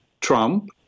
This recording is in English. Trump